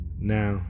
Now